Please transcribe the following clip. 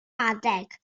adeg